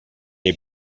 est